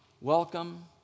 welcome